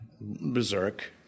Berserk